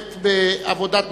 (תיקון,